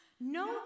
No